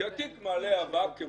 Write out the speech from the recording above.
כי התיק מעלה אבק או